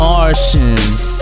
Martians